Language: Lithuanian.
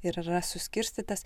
ir yra suskirstytas